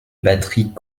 batterie